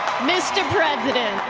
mr. president,